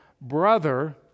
brother